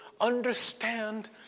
understand